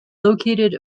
located